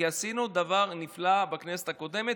כי עשינו דבר נפלא בכנסת הקודמת,